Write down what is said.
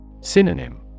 Synonym